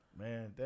Man